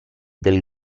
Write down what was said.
del